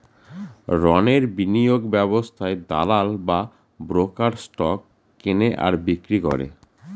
রণের বিনিয়োগ ব্যবস্থায় দালাল বা ব্রোকার স্টক কেনে আর বিক্রি করে